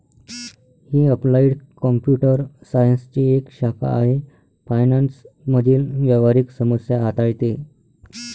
ही applied computer सायन्सची एक शाखा आहे फायनान्स मधील व्यावहारिक समस्या हाताळते